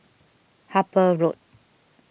Harper Road